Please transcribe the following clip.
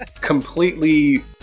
completely